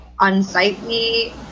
unsightly